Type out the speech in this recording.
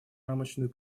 рамочную